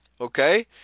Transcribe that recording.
Okay